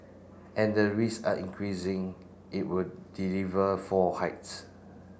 and the risk are increasing it will deliver four hikes